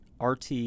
RT